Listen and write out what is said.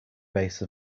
base